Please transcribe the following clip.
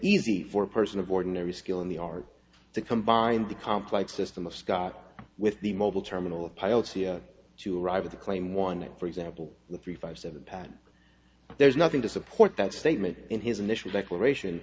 easy for a person of ordinary skill in the art to combine the complex system of sky with the mobile terminal of pilots to arrive at the claim one for example the three five seven pad there's nothing to support that statement in his initial declaration